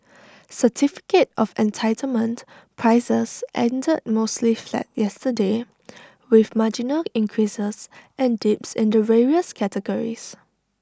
certificate of entitlement prices ended mostly flat yesterday with marginal increases and dips in the various categories